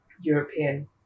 European